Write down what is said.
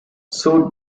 sued